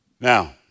Now